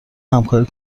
همکاری